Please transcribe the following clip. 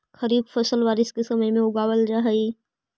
खरीफ फसल बारिश के समय उगावल जा हइ